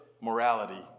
morality